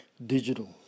digital